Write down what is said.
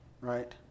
right